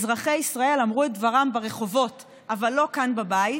אזרחי ישראל אמרו את דברם ברחובות אבל לא כאן בבית,